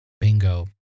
Bingo